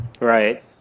right